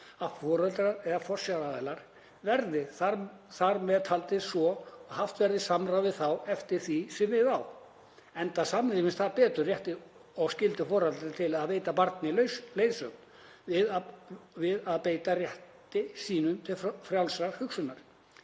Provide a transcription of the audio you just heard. að foreldrar eða forsjáraðilar verði þar með taldir svo að haft verði samráð við þá eftir því sem við á, enda samrýmist það betur rétti og skyldum foreldra til að veita barni leiðsögn við að beita rétti sínum til frjálsrar hugsunar,